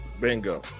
bingo